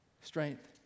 Strength